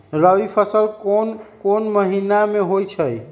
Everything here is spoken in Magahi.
रबी फसल कोंन कोंन महिना में होइ छइ?